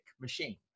machine